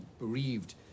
bereaved